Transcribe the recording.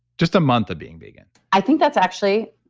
just a month of being vegan i think that's actually.